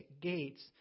gates